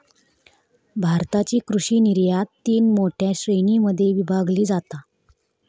भारताची कृषि निर्यात तीन मोठ्या श्रेणीं मध्ये विभागली जाता